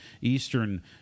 Eastern